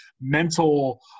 mental